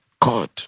god